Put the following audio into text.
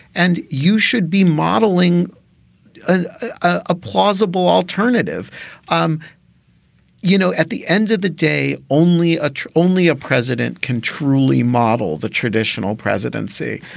and you should be modeling a plausible alternative um you know, at the end of the day, only ah only a president can truly model the traditional presidency.